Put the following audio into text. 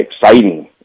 exciting